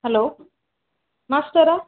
hello மாஸ்டரா